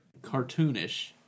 cartoonish